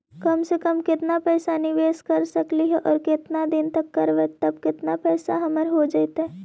कम से कम केतना पैसा निबेस कर सकली हे और केतना दिन तक करबै तब केतना पैसा हमर हो जइतै?